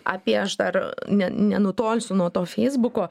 apie aš dar ne nenutolsiu nuo to feisbuko